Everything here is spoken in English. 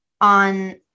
on